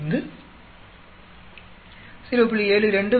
5 0